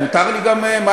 מותר גם לי,